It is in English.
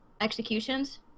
executions